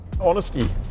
Honesty